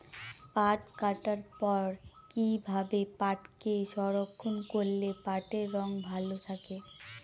পাট কাটার পর কি ভাবে পাটকে সংরক্ষন করলে পাটের রং ভালো থাকে?